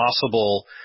possible